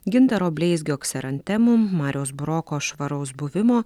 gintaro bleizgio kserantemum mariaus buroko švaraus buvimo